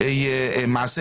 אנחנו בהערות